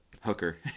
hooker